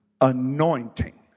anointing